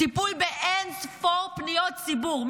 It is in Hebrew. טיפול באין ספור פניות ציבור.